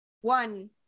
one